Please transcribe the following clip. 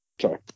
Sorry